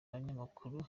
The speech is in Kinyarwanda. abanyamakuru